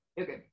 Okay